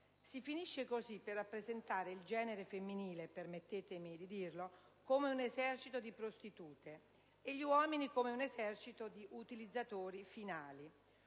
Si finisce cosi per rappresentare il genere femminile - permettetemi di dirlo - come un esercito di prostitute e gli uomini come un esercito di utilizzatori finali.